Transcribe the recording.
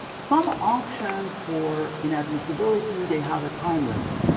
some options for inadmissibility they have a time limit.